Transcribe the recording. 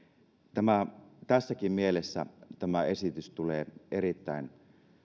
tässäkin mielessä tämä esitys tulee erittäin